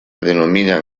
denominan